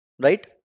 right